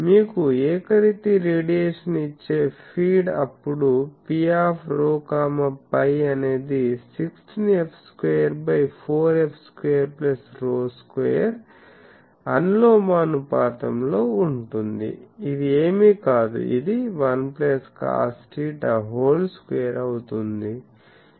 మీకు ఏకరీతి రేడియేషన్ ఇచ్చే ఫీడ్ అప్పుడు Pρφ అనేది 16f2 4f2 ρ2 అనులోమానుపాతంలో ఉంటుంది ఇది ఏమీ కాదు ఇది 1cosθ2 అవుతుంది